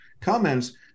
comments